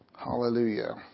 hallelujah